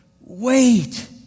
Wait